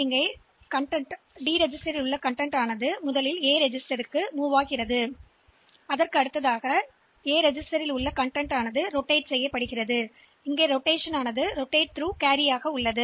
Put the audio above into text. இந்த உள்ளடக்கத்தை முதலில் ஒரு பதிவேட்டில் மாற்றுவோம் பின்னர் ஒரு பதிவேட்டில் சில சுழற்சிகளைச் செய்கிறோம் கேரி மூலம் சுழற்சி